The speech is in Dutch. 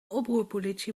oproerpolitie